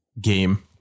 game